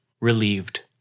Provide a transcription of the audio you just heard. relieved